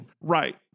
Right